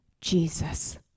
Jesus